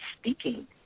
speaking